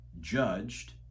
judged